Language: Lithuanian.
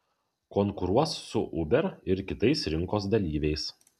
konkuruos su uber ir kitais rinkos dalyviais